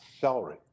celery